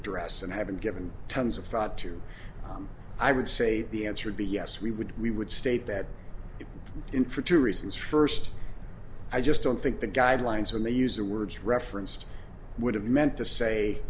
address and haven't given tons of thought to i would say the answer would be yes we would we would state that in for two reasons first i just don't think the guidelines when they use the words referenced would have meant to say